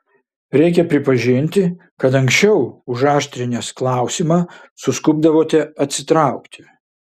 reikia pripažinti kad anksčiau užaštrinęs klausimą suskubdavote atsitraukti